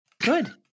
Good